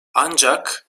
ancak